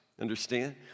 Understand